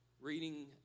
reading